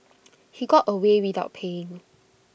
he got away without paying